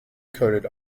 coated